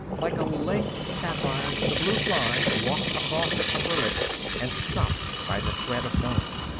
like a legged sapphire the blue fly walked across her upper lip and stopped by the thread of foam.